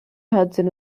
hudson